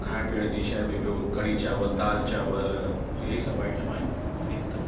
खाइण पीअण जी शइ में ॿियो कढ़ी चावल दाल चांवर इहे ई सभु आईटम आहिनि वधीक त